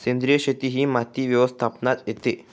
सेंद्रिय शेती ही माती व्यवस्थापनात येते